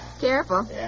Careful